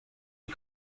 eus